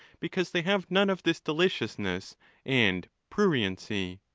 because they have none of this deliciousness and pruriency.